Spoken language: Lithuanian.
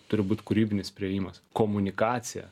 turi būt kūrybinis priėjimas komunikacija